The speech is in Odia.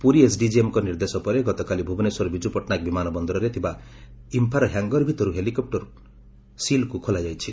ପୁରୀ ଏସ୍ଡିଜେଏମ୍ଙ୍କ ନିର୍ଦ୍ଦେଶ ପରେ ଗତକାଲି ଭୁବନେଶ୍ୱର ବିଜୁ ପଟ୍ଟନାୟକ ବିମାନବନ୍ଦରରେ ଥିବା ଇଫ୍ଫାର ହ୍ୟାଙ୍ଗର ଭିତରୁ ହେଲିକପୂରର ସିଲ୍ ଖୋଲାଯାଇଛି